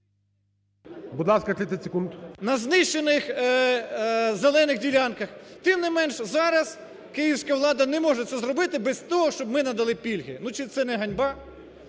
…на знищених зелених ділянках. Тим не менш зараз київська влада не може це зробити без того, щоб ми надали пільги. Чи це не ганьба?